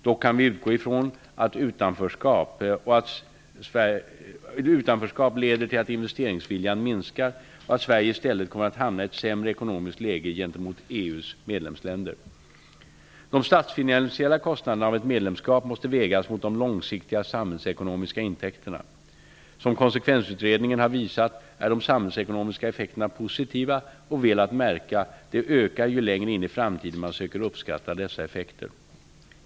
Dock kan vi utgå ifrån att ett utanförskap leder till att investeringsviljan minskar och att Sverige i stället kommer att hamna i ett sämre ekonomiskt läge gentemot EU:s medlemsländer. De statsfinansiella kostnaderna av ett medlemskap måste vägas mot de långsiktiga samhällsekonomiska intäkterna. Som Konsekvensutredningen har visat är de samhällsekonomiska effekterna positiva och -- väl att märka -- de ökar ju längre in i framtiden man söker uppskatta dessa effekter.